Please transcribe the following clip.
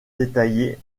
détaillé